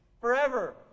forever